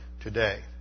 today